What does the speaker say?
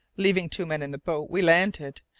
leaving two men in the boat, we landed,